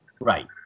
Right